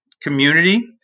community